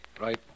Right